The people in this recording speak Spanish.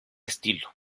estilo